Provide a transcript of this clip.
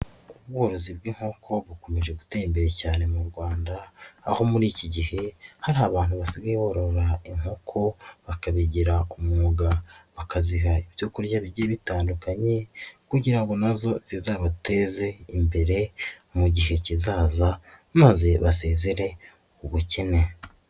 Ubworozi bw'inkoko bukomeje gutera imbere cyane mu Rwanda, aho muri iki gihe hari abantu basigaye borora inkoko, bakabigira umwuga, bakaziha ibyo kurya bigiye bitandukanye kugira ngo nazo zizabateze imbere mu gihe kizaza maze basezere ubukene.